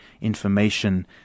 information